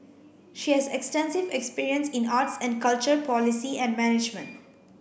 she has extensive experience in arts and culture policy and management